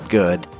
good